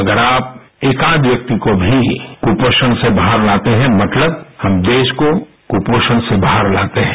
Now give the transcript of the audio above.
अगर आप एकाध व्यक्ति को भी कुपोषण से बाहर लाते हैं मतलब हम देश को कुपोषण से बाहर लाते हैं